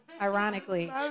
ironically